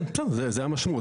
כן, בסדר, זו המשמעות.